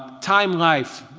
time life,